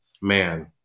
man